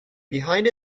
behind